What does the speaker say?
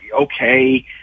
okay